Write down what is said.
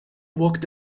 walked